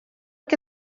che